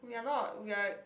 we're not we're